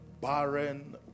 barren